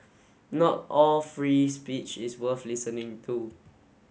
not all free speech is worth listening to